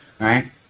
right